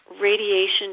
radiation